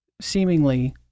seemingly